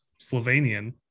Slovenian